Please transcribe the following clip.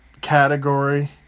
category